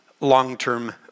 long-term